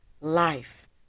life